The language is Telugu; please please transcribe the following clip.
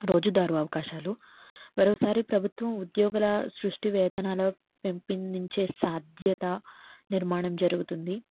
రోజుదారు అవకాశాలు మరోసారి ప్రభుత్వం ఉద్యోగుల సృష్టి వేతనాల పెంపొందించే సాధ్యత నిర్మాణం జరుగుతుంది